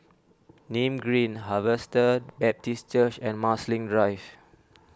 Nim Green Harvester Baptist Church and Marsiling Drive